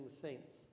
saints